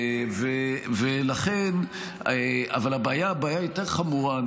אבל אני חייב להגיד, הבעיה היא יותר חמורה.